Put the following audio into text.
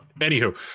anywho